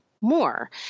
more